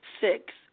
Six